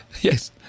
Yes